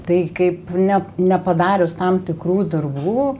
tai kaip ne nepadarius tam tikrų darbų